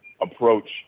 approach